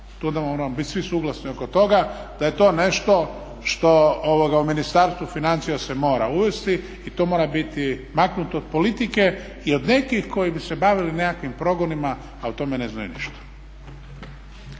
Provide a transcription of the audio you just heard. svi suglasni oko toga da je to nešto što u Ministarstvu financija se mora uvesti i to mora biti maknuto od politike i od nekih koji bi se bavili nekakvim progonima, a o tome ne znaju ništa.